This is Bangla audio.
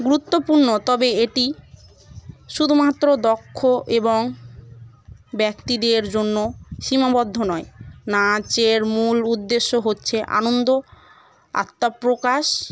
গুরুত্বপূর্ণ তবে এটি শুধুমাত্র দক্ষ এবং ব্যক্তিদের জন্য সীমাবদ্ধ নয় নাচের মূল উদ্দেশ্য হচ্ছে আনন্দ আত্মপ্রকাশ